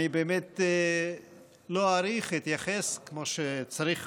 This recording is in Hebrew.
אני לא אאריך, אתייחס כמו שצריך